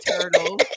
turtle